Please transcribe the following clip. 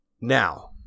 Now